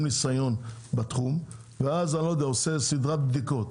ניסיון בתחום ואז הוא עושה סדרת בדיקות.